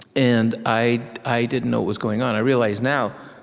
and i i didn't know what was going on i realize now,